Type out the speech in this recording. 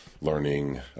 learning